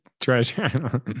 treasure